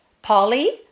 Polly